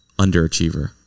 Underachiever